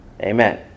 Amen